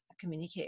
communicate